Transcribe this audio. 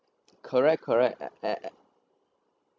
correct correct uh uh